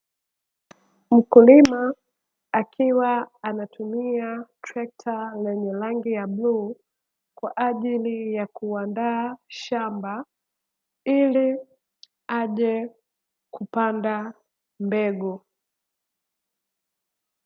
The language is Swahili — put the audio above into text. Mkulima akiwa anatumia trekta lenye rangi ya bluu, kwa ajili ya kuandaa shamba, ili aje kupanda mbegu.